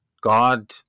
God